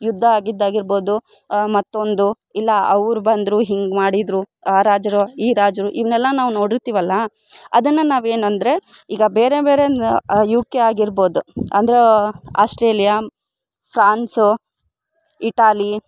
ಯುದ್ಧ ಆಗಿದ್ದು ಆಗಿರ್ಬೋದು ಮತ್ತೊಂದು ಇಲ್ಲ ಅವ್ರು ಬಂದರು ಹಿಂಗೆ ಮಾಡಿದರು ಆ ರಾಜರು ಈ ರಾಜರು ಇವನ್ನೆಲ್ಲ ನಾವು ನೋಡಿರ್ತೀವಲ್ಲ ಅದನ್ನು ನಾವು ಏನೆಂದರೆ ಈಗ ಬೇರೆ ಬೇರೆ ನಾ ಯು ಕೆ ಆಗಿರ್ಬೋದು ಅಂದ್ರೆ ಆಸ್ಟ್ರೇಲಿಯ ಫ್ರಾನ್ಸು ಇಟಾಲಿ